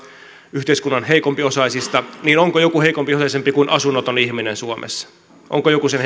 yhteiskunnan heikompiosaisista niin onko joku heikko osaisempi kuin asunnoton ihminen suomessa onko joku sen